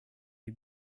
les